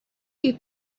you